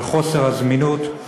על חוסר הזמינות,